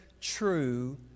true